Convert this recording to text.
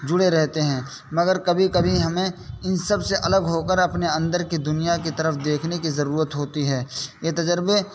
جڑے رہتے ہیں مگر کبھی کبھی ہمیں ان سب سے الگ ہو کر اپنے اندر کی دنیا کی طرف دیکھنے کی ضرورت ہوتی ہے یہ تجربے